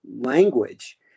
language